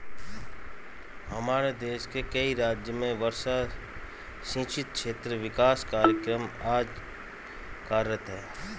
हमारे देश के कई राज्यों में वर्षा सिंचित क्षेत्र विकास कार्यक्रम आज कार्यरत है